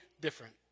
different